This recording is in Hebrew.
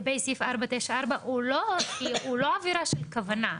סעיף 494 הוא לא עבירה של כוונה,